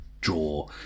draw